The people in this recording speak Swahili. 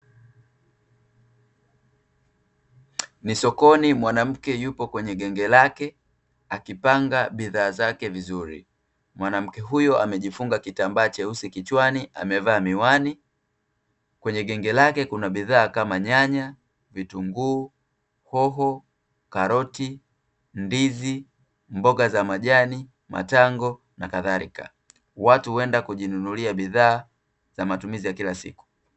Ni sokoni mwanamke yupo kwenye genge lake, akipanga bidhaa zake vizuri. Mwanamke huyo amejifunga kitambaa cheusi kichwani, amevaa miwani. Kwenye genge lake kuna bidhaa kama: nyanya, vitunguu, hoho, karoti, ndizi, mboga za majani, matango na kadhalika. Watu huenda kujinunulia bidhaa za matumizi ya kila siku.